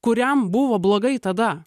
kuriam buvo blogai tada